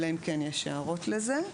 אלא אם כן יש הערות לזה.